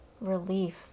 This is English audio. relief